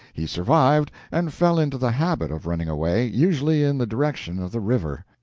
he survived, and fell into the habit of running away, usually in the direction of the river.